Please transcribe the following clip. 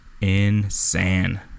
Insane